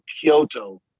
Kyoto